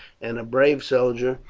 and a brave soldier,